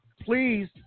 please